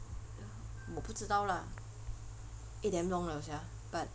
我不知道 lah eh damn long liao sia but